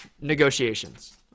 negotiations